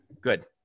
good